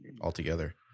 altogether